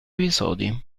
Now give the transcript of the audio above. episodi